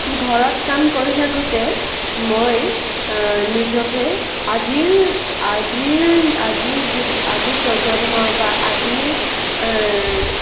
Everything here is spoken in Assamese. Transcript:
ঘৰত কাম কৰি থাকোঁতে মই নিজকে আজিৰ আজিৰ আজিৰ যু আজিৰ প্ৰজন্মৰ বা আজিৰ অৰ